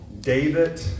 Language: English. David